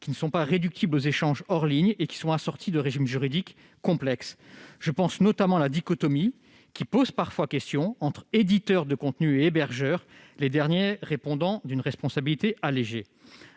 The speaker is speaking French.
qui ne sont pas réductibles aux échanges hors ligne et qui sont assortis de régimes juridiques complexes. Je pense notamment à la dichotomie, qui pose parfois question, entre éditeurs de contenus et hébergeurs, ces derniers répondant d'une responsabilité allégée.